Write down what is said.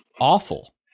awful